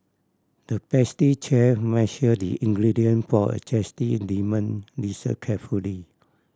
the pastry chef measured the ingredient for a zesty lemon dessert carefully